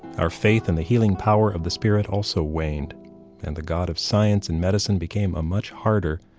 our faith in the healing power of the spirit also waned and the god of science and medicine became a much harder,